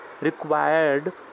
required